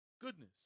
Goodness